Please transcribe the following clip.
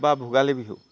বা ভোগালী বিহু